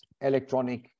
electronic